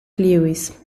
lewis